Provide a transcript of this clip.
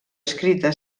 escrita